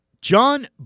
John